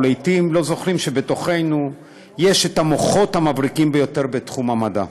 ולעתים לא זוכרים שבתוכנו יש את המוחות המבריקים ביותר בתחום המדע:.